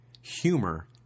Humor